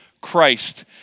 Christ